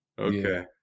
Okay